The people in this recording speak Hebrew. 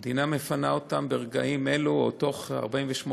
המדינה מפנה אותם ברגעים אלו, או תוך 48 שעות,